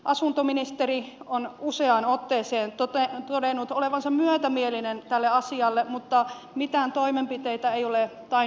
asuntoministeri on useaan otteeseen todennut olevansa myötämielinen tälle asialle mutta mitään toimenpiteitä ei ole tainnut tapahtua